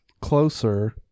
closer